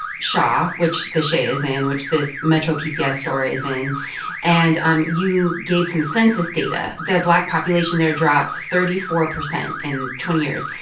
shaw which the shay is in, which this metro pcs store is in and um you gave some census data. the black population there dropped thirty four percent in twenty years.